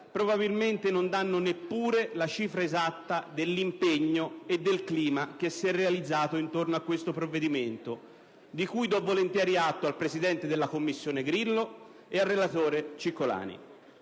probabilmente non danno la cifra esatta dell'impegno e del clima che si è realizzato intorno a questo provvedimento, di cui do volentieri atto al Presidente della Commissione, senatore Grillo, e al relatore,